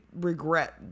regret